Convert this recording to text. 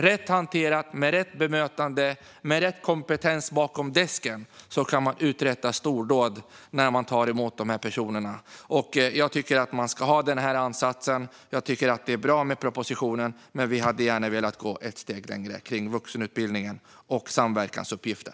Rätt hanterat, med rätt bemötande och rätt kompetens bakom desken, kan man uträtta stordåd när man tar emot dessa personer. Jag tycker att man ska ha denna ansats. Jag tycker att det är bra med propositionen, men vi hade gärna velat gå ett steg längre när det gäller vuxenutbildningen och samverkansuppgiften.